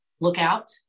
Lookout